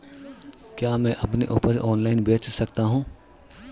क्या मैं अपनी उपज ऑनलाइन बेच सकता हूँ?